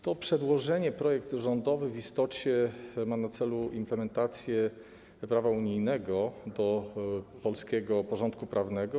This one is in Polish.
To przedłożenie rządowe w istocie ma na celu implementację prawa unijnego do polskiego porządku prawnego.